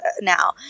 now